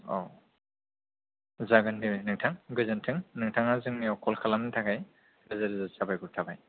औ जागोन दे नोंथां गोजोनथों नोंथाङा जोंनियाव कल खालामनायनि थाखाय रोजा रोजा साबायखर थाबाय